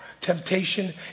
Temptation